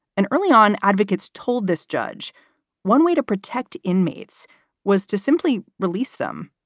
and early on, advocates told this judge one way to protect inmates was to simply release them,